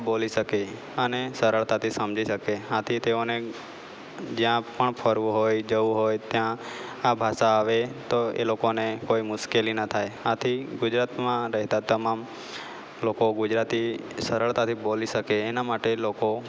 બોલી શકે અને સરળતાથી સમજી શકે આથી તેઓને જ્યાં પણ ફરવું હોય જવું હોય ત્યાં આ ભાષા આવે તો એ લોકોને કોઈ મુશ્કેલી ના થાય આથી ગુજરાતમાં રહેતા તમામ લોકો ગુજરાતી સરળતાથી બોલી શકે એના માટે એ લોકો